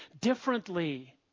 differently